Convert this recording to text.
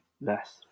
less